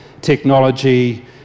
technology